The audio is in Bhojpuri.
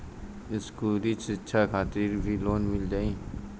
इस्कुली शिक्षा खातिर भी लोन मिल जाई?